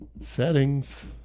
Settings